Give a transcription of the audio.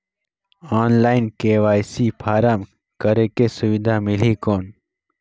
Online KYC form करेके सुविधा मिली कौन?